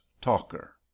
talker